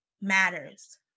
matters